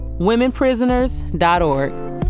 womenprisoners.org